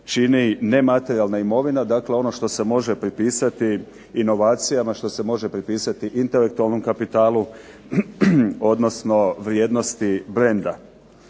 čini nematerijalna imovina, dakle ono što se može pripisati inovacijama, što se može pripisati intelektualnom kapitalu, odnosno vrijednosti brenda.